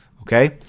okay